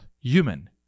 human